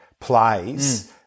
plays